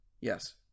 Yes